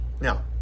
Now